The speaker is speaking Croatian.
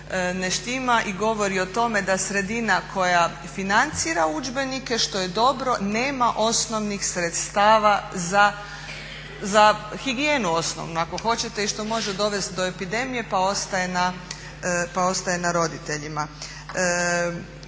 i govori o tome da sredina koja financira udžbenike, što je dobro, nema osnovnih sredstava za higijenu osnovnu, ako hoćete i što može dovest do epidemije pa ostaje na roditeljima.